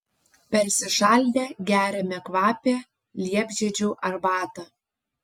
persišaldę geriame kvapią liepžiedžių arbatą